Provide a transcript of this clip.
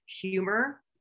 humor